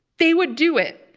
they would do it.